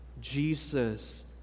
Jesus